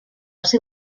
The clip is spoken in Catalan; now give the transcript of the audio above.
ser